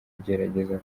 kugerageza